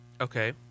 Okay